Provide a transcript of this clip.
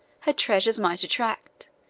her treasures might attract,